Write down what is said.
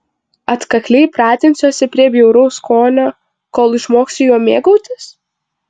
atkakliai pratinsiuosi prie bjauraus skonio kol išmoksiu juo mėgautis